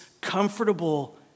comfortable